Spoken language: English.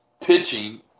pitching